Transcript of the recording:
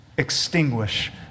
extinguish